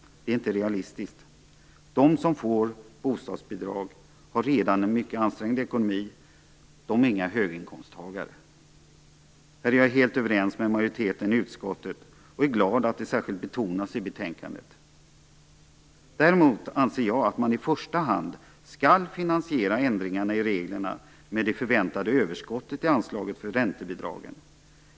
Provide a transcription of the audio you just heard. Det är inte realistiskt. De som får bostadsbidrag har redan en mycket ansträngd ekonomi. De är inga höginkomsttagare. På den punkten är jag helt överens med majoriteten i utskottet, och jag är glad att detta särskilt betonas i betänkandet. Däremot anser jag att man i första hand skall finansiera ändringarna i reglerna med det förväntade överskottet i anslaget för räntebidragen.